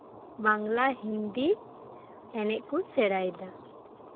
ᱵᱟᱝᱞᱟ ᱦᱤᱱᱫᱤ ᱮᱱᱮᱡ ᱠᱚ ᱥᱮᱬᱟᱭᱮᱫᱟ